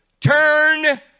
turn